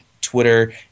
Twitter